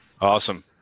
Awesome